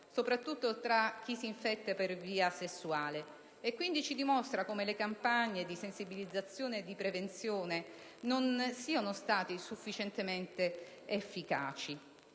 soprattutto tra chi si infetta per via sessuale, e quindi ci dimostra come le campagne di sensibilizzazione e di prevenzione non siano state sufficientemente efficaci.